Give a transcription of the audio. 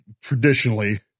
traditionally